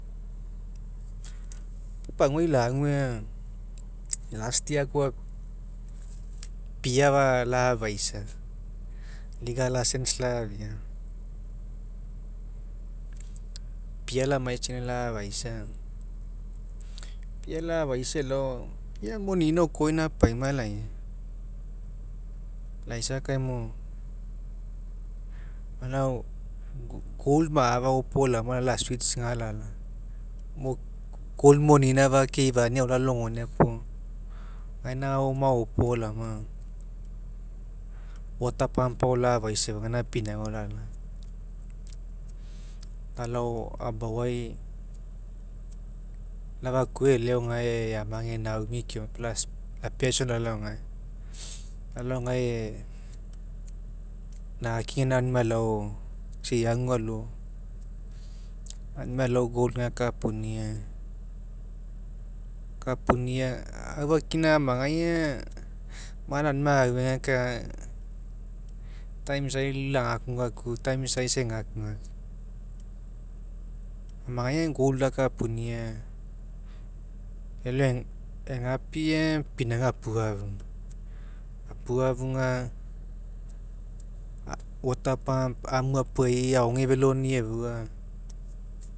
Paguai lague aga last year leoa iop pia afa la'afaisa pia license lafia pia kiniaseina la'afaisa. Pia la'afaisa elao pia monine okoioina fauna laisa laisa kaimo alao gold mafa opo kinia la switch ga lalao mo gole monina afa keifaninia ao lalogonia puo gaina ao maopo lao gapuo water pump ao la'afaisa efua gaina pinauga lalao lalao. Abau'ai lau afakuau e'ele ao gae eamage naomi keama puo la spi laea'aisoge lalao gae, lalao gae nala gaina ao auniniai alao isa ei agu alo aunimai alao gold gae akapunia, akapunia aufakina amagai aga ma'a auninai augekae aga time isai lau lagakugaka time isai isa egakgaku amagai aga gold lakania elao egapi aga pinauga apua a;afuga, apia'afuga water punip aniu apuai aofeloani efua